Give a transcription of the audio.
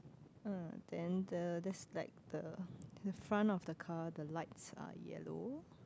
uh then the there's like the the front of the car the lights are yellow